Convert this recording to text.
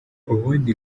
ubundi